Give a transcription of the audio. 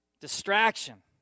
Distraction